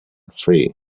free